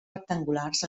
rectangulars